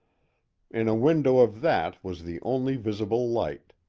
in a window of that was the only visible light.